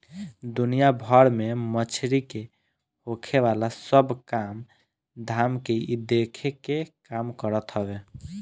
दुनिया भर में मछरी से होखेवाला सब काम धाम के इ देखे के काम करत हवे